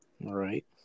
Right